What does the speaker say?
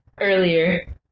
earlier